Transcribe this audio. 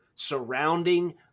surrounding